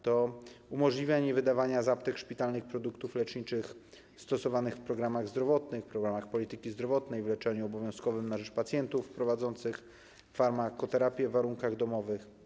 To umożliwianie wydawania z aptek szpitalnych produktów leczniczych stosowanych w programach zdrowotnych, w programach polityki zdrowotnej, w leczeniu obowiązkowym na rzecz pacjentów prowadzących farmakoterapię w warunkach domowych.